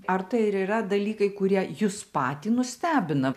ar tai ir yra dalykai kurie jus patį nustebina